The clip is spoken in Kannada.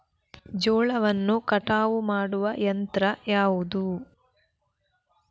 ಜೋಳವನ್ನು ಕಟಾವು ಮಾಡುವ ಯಂತ್ರ ಯಾವುದು?